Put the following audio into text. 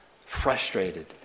frustrated